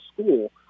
school